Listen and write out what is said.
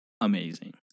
amazing